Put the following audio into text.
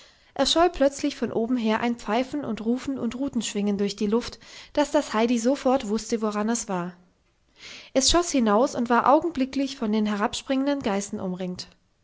erscholl plötzlich von oben her ein pfeifen und rufen und rutenschwingen durch die luft daß das heidi sofort wußte woran es war es schoß hinaus und war augenblicklich von den herabspringenden geißen umringt